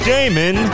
Damon